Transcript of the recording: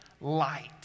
light